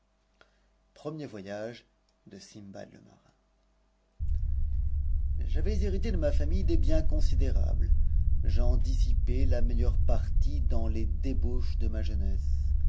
premier voyage de stndbad le marin j'avais hérite de ma famille des biens considérables j'en d'ss'p meilleure partie dans les débauches de ma jeunesse